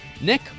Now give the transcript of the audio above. Nick